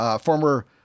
former